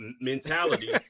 mentality